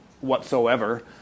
whatsoever